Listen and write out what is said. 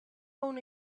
own